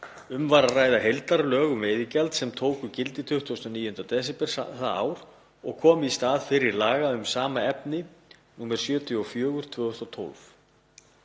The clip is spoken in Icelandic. Um var að ræða heildarlög um veiðigjald sem tóku gildi 29. desember það ár og komu í stað fyrri laga um sama efni, nr. 74/2012.